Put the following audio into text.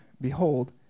behold